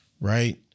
Right